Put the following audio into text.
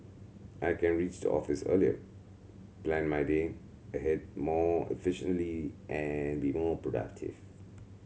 I can reach the office earlier plan my day ahead more efficiently and be more productive